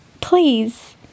please